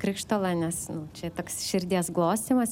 krištolą nes čia toks širdies glostymas